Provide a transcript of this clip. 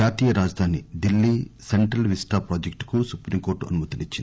జాతీయ రాజధాని Delhi central vista ప్రాజెక్టుకు సుప్రీంకోర్టు అనుమతినిచ్చింది